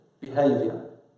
behavior